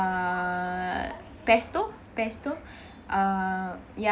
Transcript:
uh pesto pesto uh ya